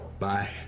Bye